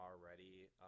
already –